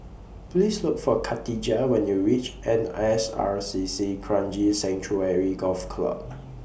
Please Look For Kadijah when YOU REACH N S R C C Kranji Sanctuary Golf Club